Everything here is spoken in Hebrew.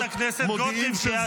חטופים,